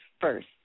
first